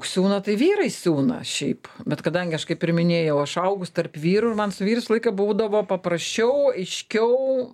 siūna tai vyrai siūna šiaip bet kadangi aš kaip ir minėjau aš augus tarp vyrų ir man su vyrais visą laiką būdavo paprasčiau aiškiau